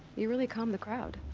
you really calmed the crowd.